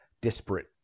disparate